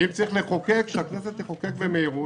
אם צריך לחוקק שהכנסת תחוקק במהירות,